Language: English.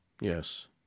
Yes